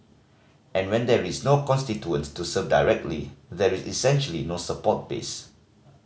and when there is no constituents to serve directly there is essentially no support base